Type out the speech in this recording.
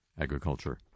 agriculture